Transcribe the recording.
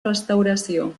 restauració